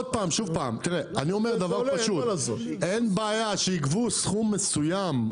עוד פעם: אין בעיה שיגבו סכום מסוים,